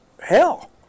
hell